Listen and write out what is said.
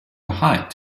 height